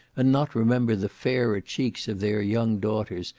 and not remember the fairer cheeks of their young daughters,